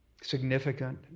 significant